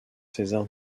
césar